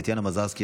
טטיאנה מזרסקי,